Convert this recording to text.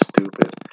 stupid